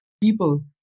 people